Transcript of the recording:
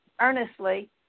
earnestly